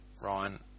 Ryan